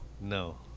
No